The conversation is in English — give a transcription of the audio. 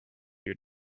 you